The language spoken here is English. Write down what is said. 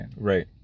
right